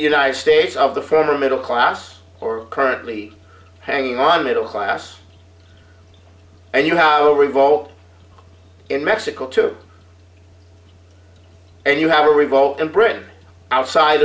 united states of the former middle class or currently hanging on a middle class and you have a revolt in mexico too and you have a revolt in britain outside